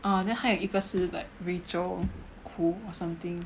ah then 他还有一个是 like Rachel Khoo or something